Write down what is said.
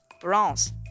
bronze